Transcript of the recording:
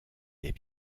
des